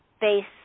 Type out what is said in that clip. base